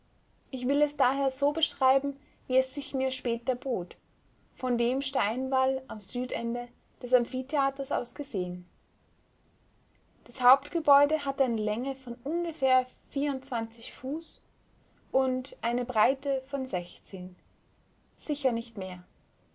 ich will es daher so beschreiben wie es sich mir später bot von dem steinwall am südende des amphitheaters aus gesehen das hauptgebäude hatte eine länge von ungefähr vierundzwanzig fuß und eine breite von sechzehn sicher nicht mehr